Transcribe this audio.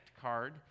card